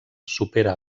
supera